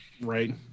Right